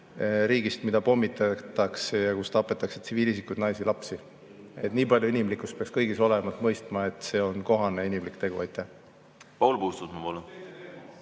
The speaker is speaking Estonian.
riigist, mida pommitatakse ja kus tapetakse tsiviilisikuid, naisi-lapsi. Nii palju inimlikkust peaks kõigis olema, et mõista: see on kohane inimlik tegu.